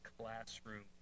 classroom